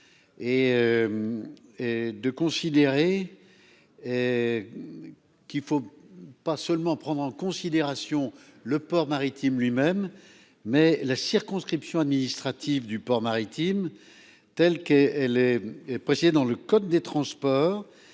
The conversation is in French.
Et de considérer. Qu'il faut pas seulement prendre en considération le port maritime lui-même mais la circonscription administrative du port maritime. Telle qu'elle est précédents dans le code des transports